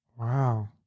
Wow